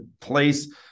place